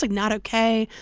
like not ok.